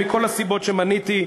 מכל הסיבות שמניתי,